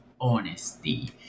honesty